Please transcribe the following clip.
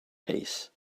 pace